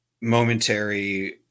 momentary